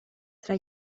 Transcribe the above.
tra